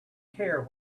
care